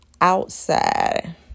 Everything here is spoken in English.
outside